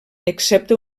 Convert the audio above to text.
excepte